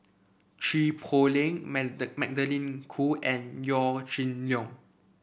Chua Poh Leng Magdalene Khoo and Yaw Shin Leong